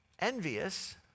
envious